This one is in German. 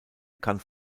kann